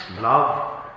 love